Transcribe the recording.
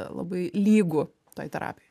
labai lygu toj terapijoj